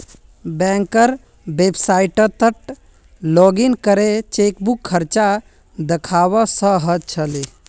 बैंकेर website login करे chequebook खर्च दखवा स ख छि